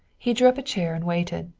he drew up a chair and waited,